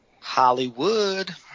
Hollywood